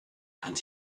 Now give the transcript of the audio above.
and